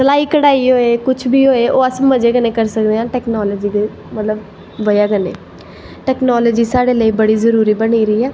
सलाई कढ़ाई होऐ ओह् कुश बी अस मज़े कन्नै करी सकन आं मतलव दया कन्नैं टैकनॉलजी साढ़े लेई बड़ी जरूरी बनी दी ऐ